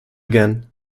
again